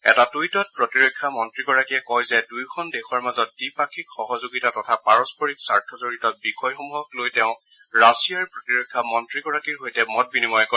এটা টুইটত প্ৰতিৰক্ষা মন্ত্ৰীগৰাকীয়ে কয় যে দুয়োখন দেশৰ মাজত দ্বিপাক্ষিক সহযোগিতা তথা পাৰস্পৰিক স্বাৰ্থজড়িত বিষয়সমূহক লৈ তেওঁ ৰাছিয়াৰ প্ৰতিৰক্ষা মন্ত্ৰীগৰাকীৰ সৈতে মত বিনিময় কৰিব